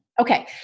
Okay